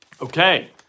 Okay